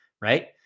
right